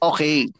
Okay